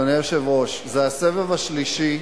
אדוני היושב-ראש, זה הסבב השלישי,